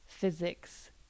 Physics